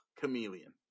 chameleon